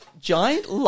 giant